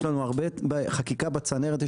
יש לנו הרבה חקיקה בצנרת,